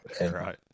Right